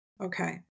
Okay